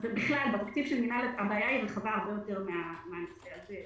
בכלל בתקציב של המינהל אבל הבעיה רחבה הרבה יותר מן הנושא הזה,